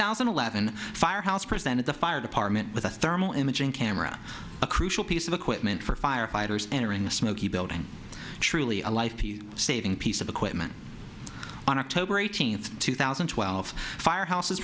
thousand and eleven firehouse presented the fire department with a thermal imaging camera a crucial piece of equipment for firefighters entering the smoky building truly a life saving piece of equipment on october eighteenth two thousand and twelve firehouses